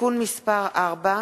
(תיקון מס' 4),